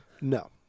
no